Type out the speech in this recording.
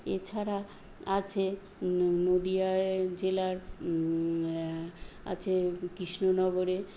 এছাড়া আছে নদিয়ার জেলার আছে কৃষ্ণনগরে